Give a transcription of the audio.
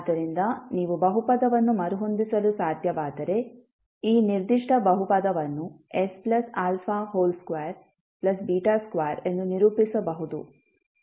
ಆದ್ದರಿಂದ ನೀವು ಬಹುಪದವನ್ನು ಮರುಹೊಂದಿಸಲು ಸಾಧ್ಯವಾದರೆ ಈ ನಿರ್ದಿಷ್ಟ ಬಹುಪದವನ್ನು sα22 ಎಂದು ನಿರೂಪಿಸಬಹುದು ಎಂದು ನೀವು ಸರಳವಾಗಿ ಹೇಳಬಹುದು